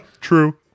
True